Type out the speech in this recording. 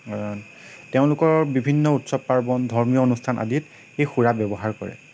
তেওঁলোকৰ বিভিন্ন উৎসৱ পাৰ্বণ ধৰ্মীয় অনুষ্ঠান আদিত এই সুৰা ব্যৱহাৰ কৰে